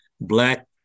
Black